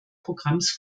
programms